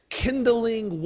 kindling